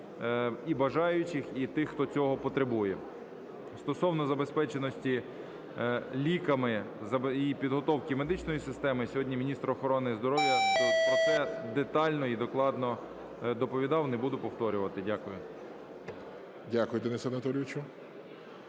бажаючих і тих, хто цього потребує. Стосовно забезпеченості ліками і підготовки медичної системи, сьогодні міністр охорони здоров'я про це детально і докладно доповідав, не буду повторювати. Дякую. ГОЛОВУЮЧИЙ. Дякую, Денисе Анатолійовичу.